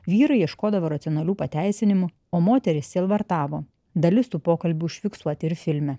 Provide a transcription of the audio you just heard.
vyrai ieškodavo racionalių pateisinimų o moterys sielvartavo dalis tų pokalbių užfiksuoti ir filme